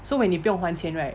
so when 你不用还钱 right